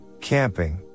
camping